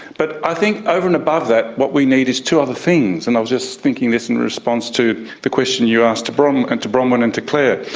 but i think over and above that what we need is two other things, and i was just thinking this in response to the question you asked to bronwen and to bronwen and to clare,